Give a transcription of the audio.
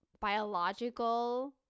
biological